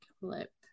clip